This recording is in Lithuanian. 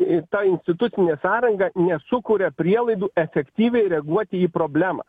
ir ta institucinė sąranga nesukuria prielaidų efektyviai reaguoti į problemą